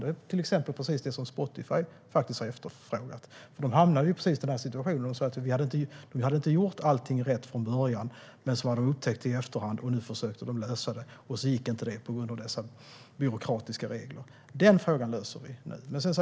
Det är precis det som Spotify har efterfrågat. De hamnade i precis denna situation. De hade inte gjort allt rätt från början men upptäckt det i efterhand och försökt att lösa det. Men det gick inte på grund av dessa byråkratiska regler. Den frågan ska vi nu lösa.